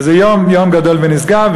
וזה יום גדול ונשגב,